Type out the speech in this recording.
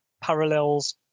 parallels